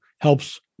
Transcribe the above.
helps